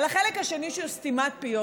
על החלק השני, של סתימת פיות.